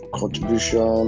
contribution